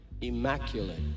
immaculate